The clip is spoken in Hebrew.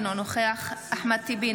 אינו נוכח אחמד טיבי,